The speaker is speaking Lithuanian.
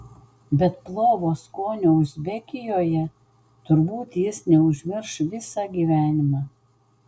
bet plovo skonio uzbekijoje turbūt jis neužmirš visą gyvenimą